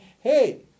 hey